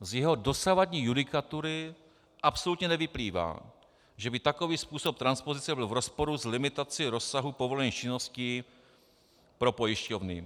Z jeho dosavadní judikatury absolutně nevyplývá, že by takový způsob transpozice byl v rozporu s limitací rozsahu povolených činností pro pojišťovny.